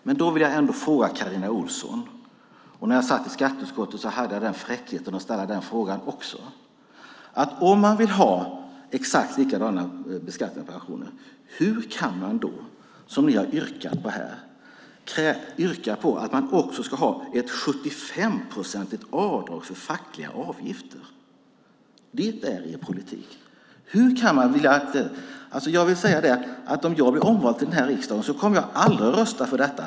Jag vill fråga Carina Ohlsson - när jag satt i skatteutskottet hade jag fräckheten att ställa den frågan också - att om man vill ha exakt likadan beskattning på pensionen, hur kan man då, som ni har gjort här, yrka på att man också ska ha ett 75-procentigt avdrag för fackliga avgifter? Det är er politik. Om jag blir omvald till riksdagen kommer jag aldrig att rösta för detta.